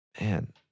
man